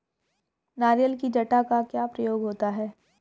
नारियल की जटा का क्या प्रयोग होता है?